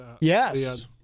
yes